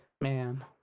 Man